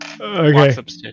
Okay